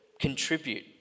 contribute